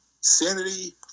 Sanity